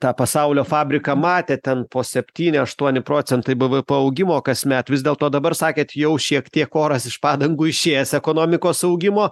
tą pasaulio fabriką matė ten po septyni aštuoni procentai bvp augimo kasmet vis dėlto dabar sakėt jau šiek tiek oras iš padangų išėjęs ekonomikos augimo